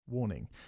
Warning